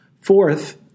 Fourth